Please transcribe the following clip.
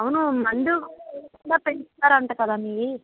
అవును మందు వేయకుండా పెంచుతారట కదా మీవి